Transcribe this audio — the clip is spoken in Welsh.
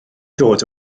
dod